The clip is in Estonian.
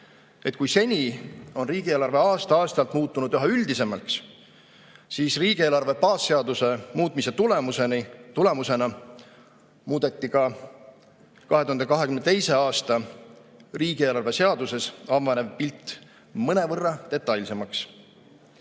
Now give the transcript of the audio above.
et kui seni on riigieelarve aasta-aastalt muutunud üha üldisemaks, siis 2022. aasta riigieelarve baasseaduse muutmise tulemusena muudeti ka 2022. aasta riigieelarve seaduses avanev pilt mõnevõrra detailsemaks.